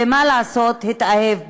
ומה לעשות, התאהב בה.